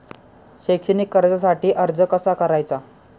शैक्षणिक कर्जासाठी अर्ज कसा करायचा?